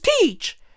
teach